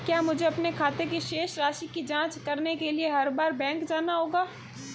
क्या मुझे अपने खाते की शेष राशि की जांच करने के लिए हर बार बैंक जाना होगा?